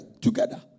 together